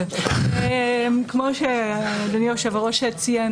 כמו שאדוני היושב ראש ציין,